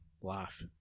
life